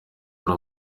wari